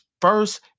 first